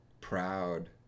proud